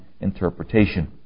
interpretation